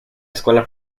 escuela